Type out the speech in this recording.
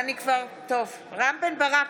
בעד קרן ברק,